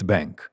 Bank